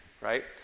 right